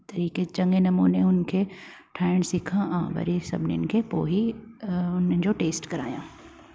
तरीक़े चङे नमूने हुन खे ठाहिण सिखा वरी सभिनीनि खे पोइ ई उन जो टेस्ट कराया